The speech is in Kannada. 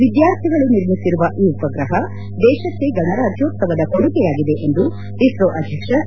ವಿದ್ಯಾರ್ಥಿಗಳು ನಿರ್ಮಿಸಿರುವ ಈ ಉಪಗ್ರಹ ದೇಶಕ್ಕೆ ಗಣರಾಜ್ಯೋತ್ಪವದ ಕೊಡುಗೆಯಾಗಿದೆ ಎಂದು ಇಸ್ರೋ ಅಧ್ಯಕ್ಷ ಕೆ